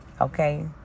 okay